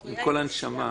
ועם כל הנשמה.